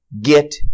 get